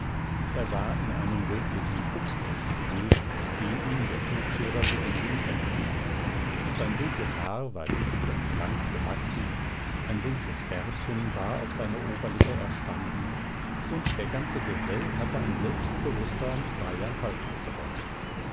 er war in einen rötlichen fuchspelz gehüllt den ihm der tuchscherer für den winter gegeben sein dunkles haar war dicht und lang gewachsen ein dunkles bärtchen war auf seiner oberlippe erstanden und der ganze gesell hatte an selbstbewußter und freier haltung gewonnen